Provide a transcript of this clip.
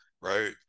right